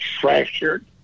fractured